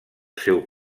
seu